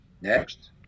Next